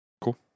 cool